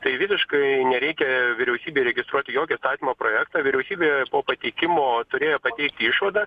tai visiškai nereikia vyriausybei registruoti jokio įstatymo projekto vyriausybė po pateikimo turėjo pateikti išvadą